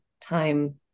time